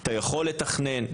אתה יכול לתכנן,